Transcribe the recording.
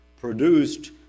produced